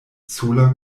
sola